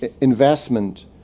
investment